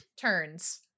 turns